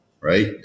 right